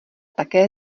také